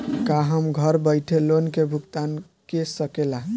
का हम घर बईठे लोन के भुगतान के शकेला?